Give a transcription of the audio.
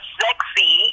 sexy